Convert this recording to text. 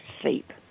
sleep